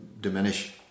diminish